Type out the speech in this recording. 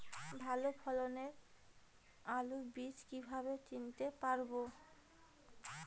ভালো ফলনের আলু বীজ কীভাবে চিনতে পারবো?